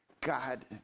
God